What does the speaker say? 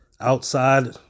outside